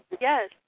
Yes